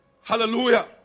Hallelujah